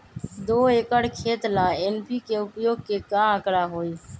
दो एकर खेत ला एन.पी.के उपयोग के का आंकड़ा होई?